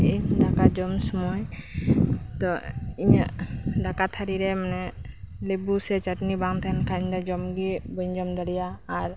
ᱤᱧ ᱫᱟᱠᱟ ᱡᱚᱢ ᱥᱳᱢᱚᱭ ᱛᱳ ᱤᱧᱟᱹ ᱫᱟᱠᱟ ᱛᱷᱟᱹᱨᱤ ᱨᱮ ᱢᱟᱱᱮ ᱞᱮᱵᱩ ᱥᱮ ᱪᱟᱹᱴᱱᱤ ᱵᱟᱝ ᱛᱟᱦᱮᱱ ᱠᱷᱟᱱ ᱫᱚ ᱡᱚᱢ ᱜᱮ ᱵᱟᱹᱧ ᱡᱚᱢ ᱫᱟᱲᱮᱭᱟᱜᱼᱟ ᱟᱨ